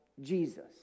Jesus